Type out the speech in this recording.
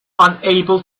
unable